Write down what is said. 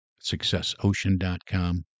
successocean.com